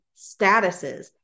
statuses